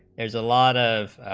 there's a lot of